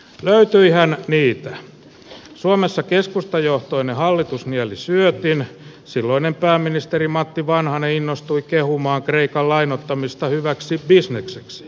löytyihän viittaa suomessa keskustajohtoinen hallitus mieli syötiin silloinen pääministeri matti vanhanen innostui kehumaan kreikka lainottamista hyväksy ismet